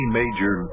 major